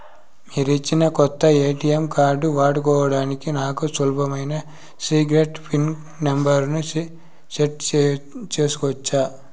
మీరిచ్చిన కొత్త ATM card వాడుకోవడానికి నాకు సులభమైన సీక్రెట్ పిన్ నెంబర్ ను సెట్ సేసుకోవచ్చా?